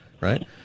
right